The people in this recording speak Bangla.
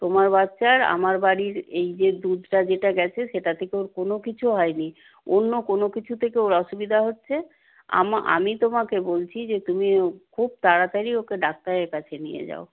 তোমার বাচ্চার আমার বাড়ির এই যে দুধটা যেটা গেছে সেটা থেকে ওর কোনও কিছু হয়নি অন্য কোনও কিছু থেকে ওর অসুবিধা হচ্ছে আমি তোমাকে বলছি যে তুমি খুব তাড়াতাড়ি ওকে ডাক্তারের কাছে নিয়ে যাও